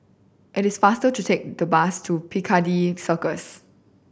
it is faster to take the bus to Piccadilly Circus